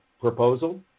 proposal